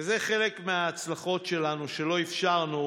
וזה חלק מההצלחות שלנו, שלא אפשרנו